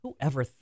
Whoever